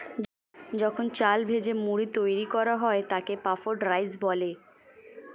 যখন চাল ভেজে মুড়ি তৈরি করা হয় তাকে পাফড রাইস বলে